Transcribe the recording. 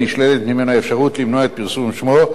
נשללת ממנו האפשרות למנוע את פרסום שמו.